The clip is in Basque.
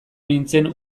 nintzen